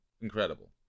incredible